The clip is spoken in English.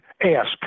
ask